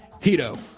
Tito